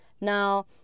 Now